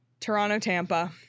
Toronto-Tampa